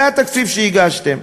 זה התקציב שהגשתם.